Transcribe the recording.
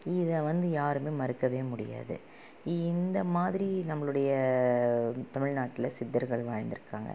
இதை வந்து யாருமே மறுக்கவே முடியாது இ இந்த மாதிரி நம்மளுடைய தமிழ்நாட்டில் சித்தர்கள் வாழ்ந்திருக்காங்க